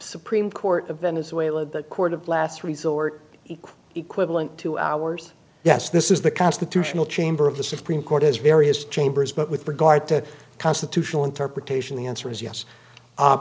supreme court of venezuela the court of last resort equivalent to ours yes this is the constitutional chamber of the supreme court has various chambers but with regard to constitutional interpretation the answer is yes